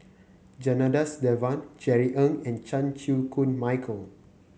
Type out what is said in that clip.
Janadas Devan Jerry Ng and Chan Chew Koon Michael